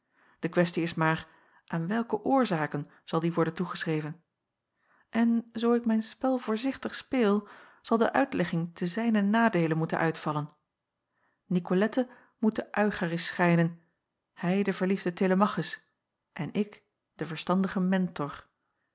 de questie is maar aan welke oorzaken zal die worden toegeschreven en zoo ik mijn spel voorzichtig speel zal de uitlegging te zijnen nadeele moeten uitvallen nicolette moet de eucharis schijnen hij de verliefde telemachus en ik de verstandige mentor